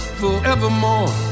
forevermore